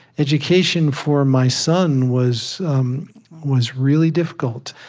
education, for my son, was um was really difficult.